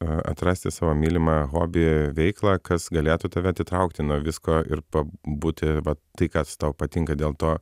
atrasti savo mylimą hobį veiklą kas galėtų tave atitraukti nuo visko ir pabūti vat tai kas tau patinka dėl to